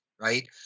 right